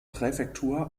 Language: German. präfektur